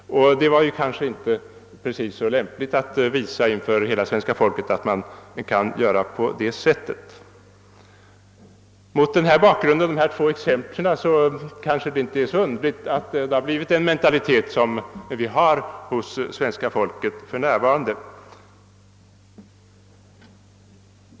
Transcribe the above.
Det var kanske inte precis så lämpligt att visa inför hela svenska folket, att man kan göra på det sättet. Mot bakgrunden av dessa två exempel kanske det inte är så underligt, att det blivit en sådan mentalitet hos svenska folket som den vi nu har.